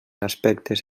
aspectes